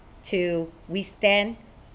to withstand